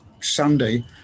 Sunday